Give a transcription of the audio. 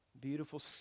beautiful